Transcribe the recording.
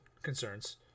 concerns